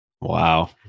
Wow